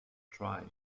try